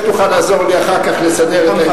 איך תוכל לעזור לי אחר כך לסדר את העניינים?